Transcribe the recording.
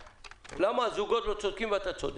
למה הזוגות לא צודקים ואתה צודק.